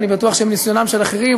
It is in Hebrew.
ואני בטוח שמניסיונם של אחרים,